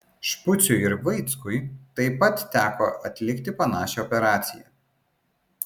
špuciui ir vaickui taip pat teko atlikti panašią operaciją